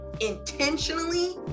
intentionally